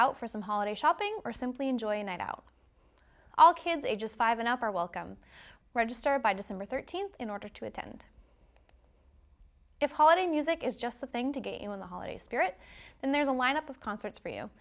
out for some holiday shopping or simply enjoy a night out all kids ages five and up are welcome register by december thirteenth in order to attend if holiday music is just something to gain with the holiday spirit and there's a lineup of concerts for you